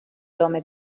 دامه